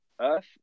Earth